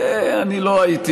לא הייתי אומר את זה.